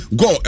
go